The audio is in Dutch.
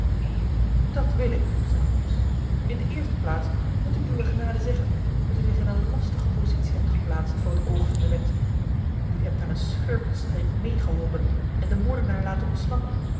dat wil ik zei holmes in de eerste plaats moet ik uwe genade zeggen dat u zich in een lastige positie hebt geplaatst voor het oog van de wet u hebt aan een schurkenstreek meegeholpen en den moordenaar laten ontsnappen